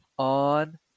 On